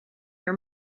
your